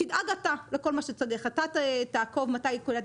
תדאג אתה לכל מה שצריך.